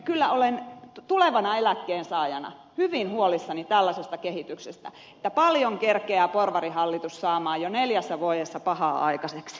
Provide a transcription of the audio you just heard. kyllä olen tulevana eläkkeensaajana hyvin huolissani tällaisesta kehityksestä että paljon kerkeää porvarihallitus saamaan jo neljässä vuodessa pahaa aikaiseksi